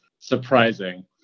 surprising